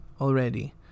already